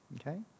Okay